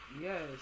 Yes